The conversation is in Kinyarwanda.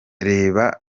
reba